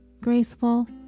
graceful